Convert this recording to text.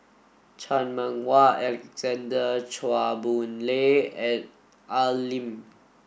Chan Meng Wah Alexander Chua Boon Lay and Al Lim